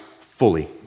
fully